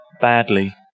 badly